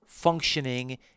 functioning